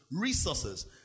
resources